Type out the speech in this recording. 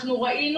אנחנו ראינו